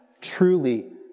truly